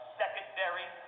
secondary